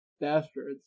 bastards